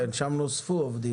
כן, שם נוספו עובדים.